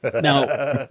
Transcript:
Now